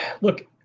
look